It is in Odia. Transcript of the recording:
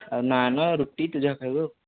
ଆଉ ନାନ ରୁଟି ତୁ ଯାହା ଖାଇବୁ ଆଉ